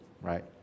right